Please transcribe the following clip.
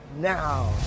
now